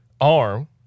arm